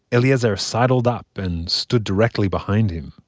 eliezer sidled up and stood directly behind him,